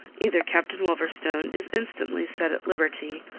either captain wolverstone is instantly set at liberty,